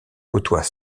côtoie